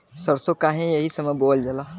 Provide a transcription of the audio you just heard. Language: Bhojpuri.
सरसो काहे एही समय बोवल जाला?